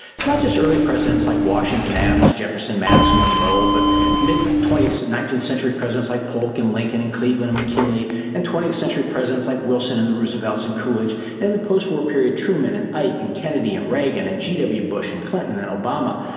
it's not just early presidents like washington, adams, jefferson. madison, monroe, but mid twentieth nineteenth century presidents like polk and lincoln, cleveland, mckinley, and twentieth century presidents like wilson and the roosevelts, and coolidge and the postwar period, truman and ike and kennedy and reagan and g. w, bush and clinton and obama.